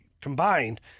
combined